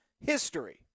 history